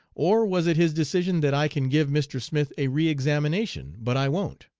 or was it his decision that i can give mr. smith a re-examination, but i won't